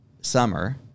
summer